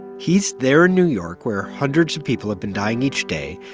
he's there in new york where hundreds of people have been dying each day.